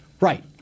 right